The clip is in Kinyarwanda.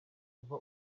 kuva